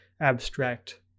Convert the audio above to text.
abstract